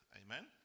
amen